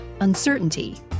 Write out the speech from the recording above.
uncertainty